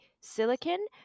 silicon